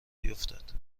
بیفتد